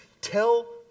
tell